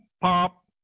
pop